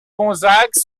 gonzague